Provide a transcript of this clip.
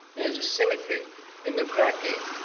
there's a symmetry in the cracking.